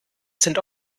sind